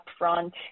upfront